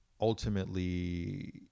ultimately